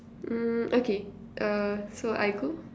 mm okay uh so I go